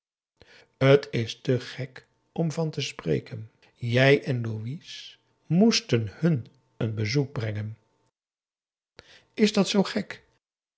t is te gek om van te spreken jij en louis moesten hun een bezoek brengen is dat zoo gek